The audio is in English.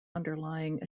underlying